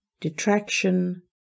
detraction